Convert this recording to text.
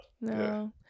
no